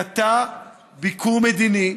קטע ביקור מדיני,